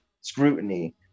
scrutiny